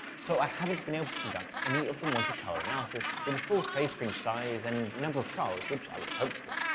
so i haven't been able to conduct any of the monte carlo analysis with the full phase screen size and number of trials which i would have hoped for.